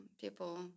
people